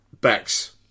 Bex